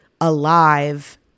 alive